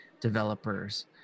developers